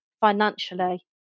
financially